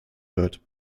wird